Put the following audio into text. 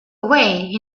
away